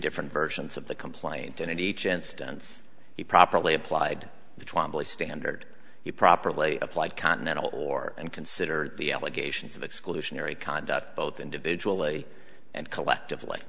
different versions of the complaint and in each instance he properly applied the trombley standard he properly applied continental or and consider the allegations of exclusionary conduct both individually and collectively